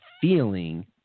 feeling